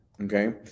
okay